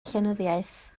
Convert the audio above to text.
llenyddiaeth